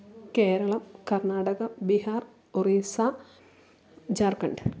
Keralam Karnatakam Bihar Orissa Jharkhand